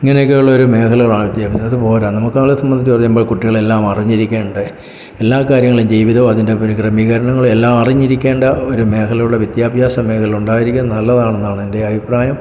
ഇങ്ങനെയൊക്കെയുള്ള ഒരു മേഖലകളാ വിദ്യാഭ്യസ് അത് പോര നമ്മുടെ സംബന്ധിച്ച് പറയുമ്പോൾ കുട്ടികളെല്ലാം അറിഞ്ഞിരിക്കേണ്ടേ എല്ലാ കാര്യങ്ങളിൽ ജീവിതവും അതിൻ്റെ ക്രമീകരണങ്ങളുമെല്ലം അറിഞ്ഞിരിക്കേണ്ട ഒരു മേഖലകളുടെ വിദ്യാഭ്യാസ മേഖലകളിൽ ഉണ്ടായിരിക്കുക നല്ലതാണെന്നാണ് എൻ്റെ അഭിപ്രായം